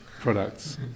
products